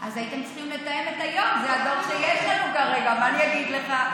לנו כרגע, מה אני אגיד לך?